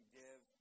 give